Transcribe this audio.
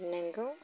नोंगौ